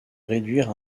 réduire